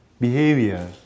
behavior